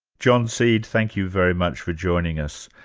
john seed, thank you very much for joining us.